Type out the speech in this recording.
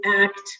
act